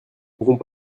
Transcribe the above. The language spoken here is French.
pourrons